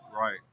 Right